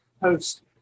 post